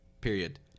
Period